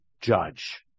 judge